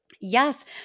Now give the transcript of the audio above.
Yes